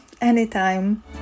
anytime